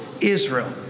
Israel